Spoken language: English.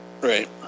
right